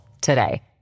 today